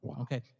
Okay